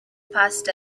passed